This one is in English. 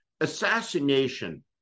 Assassination